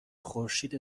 خورشید